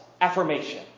affirmation